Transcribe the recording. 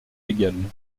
légales